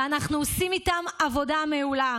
ואנחנו עושים איתם עבודה מעולה.